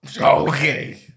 Okay